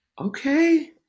Okay